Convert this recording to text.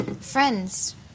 Friends